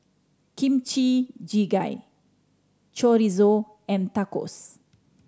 Kimchi Jjigae Chorizo and Tacos